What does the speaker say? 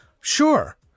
Sure